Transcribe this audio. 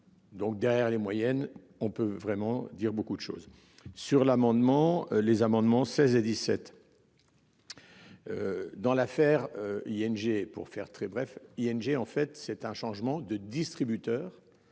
Donc derrière les moyennes on peut vraiment dire beaucoup de choses sur l'amendement les amendements, 16 et 17. Dans l'affaire. ING pour faire très bref ING en fait c'est un changement de distributeur.